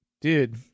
Dude